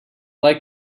like